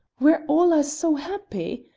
where all are so happy!